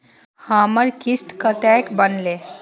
हमर किस्त कतैक बनले?